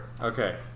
Okay